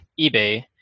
eBay